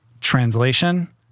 Translation